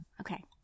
okay